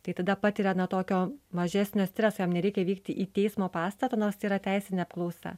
tai tada patiria na tokio mažesnio streso jam nereikia vykti į teismo pastatą nors tai yra teisinė apklausa